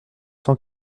cent